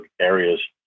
areas